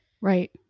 right